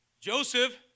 Joseph